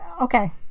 Okay